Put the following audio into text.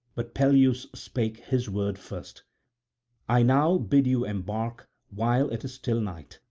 but peleus spake his word first i now bid you embark while it is still night,